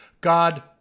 God